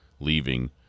leaving